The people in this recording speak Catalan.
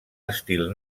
estil